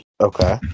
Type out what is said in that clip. Okay